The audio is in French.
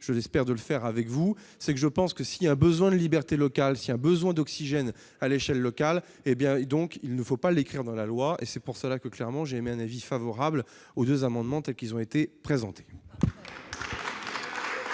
je l'espère, de le faire avec vous, c'est que je pense que si il y a un besoin de liberté locale si un besoin d'oxygène à l'échelle locale, hé bien, et donc il ne faut pas l'écrire dans la loi et c'est pour cela que clairement j'émet un avis favorable aux 2 amendements tels qu'ils ont été présentés.